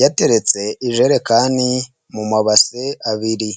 yateretse ijerekani mu mabase abiri.